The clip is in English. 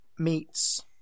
meets